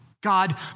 God